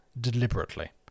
deliberately